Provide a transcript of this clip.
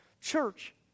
church